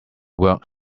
work